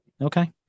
Okay